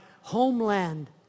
homeland